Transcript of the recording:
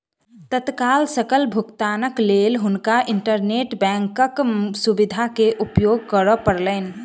तत्काल सकल भुगतानक लेल हुनका इंटरनेट बैंकक सुविधा के उपयोग करअ पड़लैन